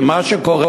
כי מה שקורה,